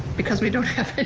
because we don't have